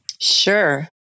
Sure